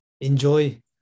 enjoy